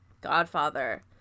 Godfather